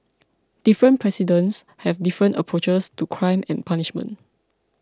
different presidents have different approaches to crime and punishment